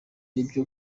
aribyo